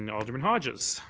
and alderman hodges.